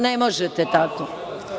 Ne možete tako.